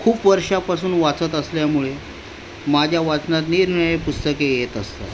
खूप वर्षापासून वाचत असल्यामुळे माझ्या वाचनात निरनिराळी पुस्तके येत असतात